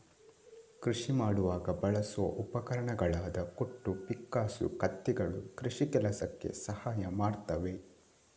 ಕೃಷಿ ಮಾಡುವಾಗ ಬಳಸುವ ಉಪಕರಣಗಳಾದ ಕೊಟ್ಟು, ಪಿಕ್ಕಾಸು, ಕತ್ತಿಗಳು ಕೃಷಿ ಕೆಲಸಕ್ಕೆ ಸಹಾಯ ಮಾಡ್ತವೆ